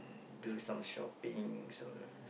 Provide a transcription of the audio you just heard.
do some shopping so